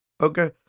Okay